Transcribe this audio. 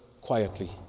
quietly